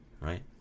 Right